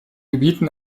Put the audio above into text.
gebieten